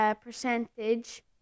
percentage